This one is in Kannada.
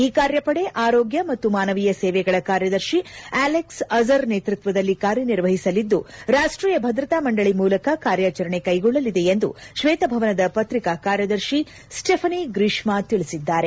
ಈ ಕಾರ್ಯಪಡೆ ಆರೋಗ್ಯ ಮತ್ತು ಮಾನವೀಯ ಸೇವೆಗಳ ಕಾರ್ಯದರ್ಶಿ ಆಲೆಕ್ಟ್ ಅಝರ್ ನೇತೃತ್ವದಲ್ಲಿ ಕಾರ್ಯನಿರ್ವಹಿಸಲಿದ್ದು ರಾಷ್ವೀಯ ಭದ್ರತಾ ಮಂಡಳಿ ಮೂಲಕ ಕಾರ್ಯಾಚರಣೆ ಕೈಗೊಳ್ಳಲಿದೆ ಎಂದು ಶ್ವೇತಭವನದ ಪತ್ರಿಕಾ ಕಾರ್ಯದರ್ಶಿ ಸ್ವೇಥನಿ ಗ್ರಿಷ್ಣಾ ತಿಳಿಸಿದ್ದಾರೆ